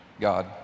God